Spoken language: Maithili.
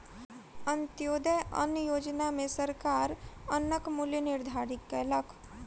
अन्त्योदय अन्न योजना में सरकार अन्नक मूल्य निर्धारित कयलक